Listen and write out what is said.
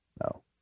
no